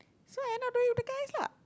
so I'm not going with the guys lah